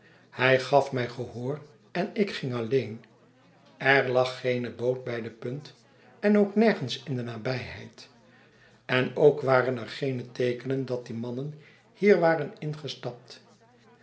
hij gaf mij gehoor en ik ging alleen er lag geene boot bij de punt en ook nergens in de nabijheid en ook waren er geene teekenen dat die mannen hier waren ingestapt